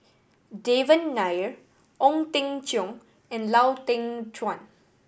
Devan Nair Ong Teng Cheong and Lau Teng Chuan